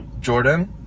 Jordan